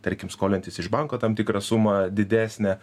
tarkim skolintis iš banko tam tikrą sumą didesnę